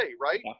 right